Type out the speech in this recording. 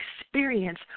experience